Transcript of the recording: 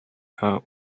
are